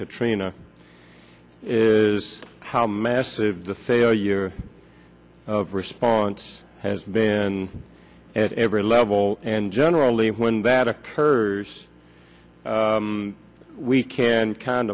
katrina is how massive the failure of response has been at every level and generally when that occurs we can kind